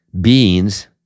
beings